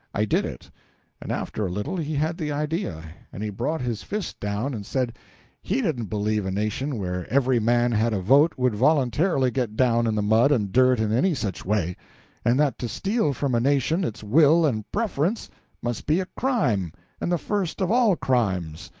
i did it and after a little he had the idea, and he brought his fist down and said he didn't believe a nation where every man had a vote would voluntarily get down in the mud and dirt in any such way and that to steal from a nation its will and preference must be a crime and the first of all crimes.